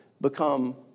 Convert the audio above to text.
become